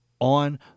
on